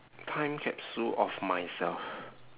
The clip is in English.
time capsule of myself